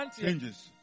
changes